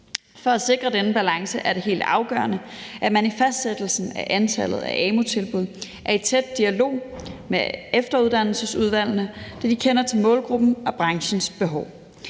For at sikre denne balance er det helt afgørende, at man i fastsættelsen af antallet af amu-tilbud er i tæt dialog med efteruddannelsesudvalgene, for de kender til målgruppen og branchens behov.